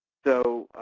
so,